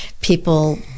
people